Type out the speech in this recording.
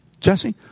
Jesse